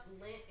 lint